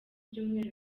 byumweru